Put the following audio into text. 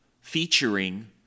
featuring